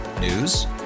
News